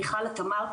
מיכל את אמרת,